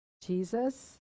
Jesus